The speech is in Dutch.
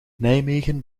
nijmegen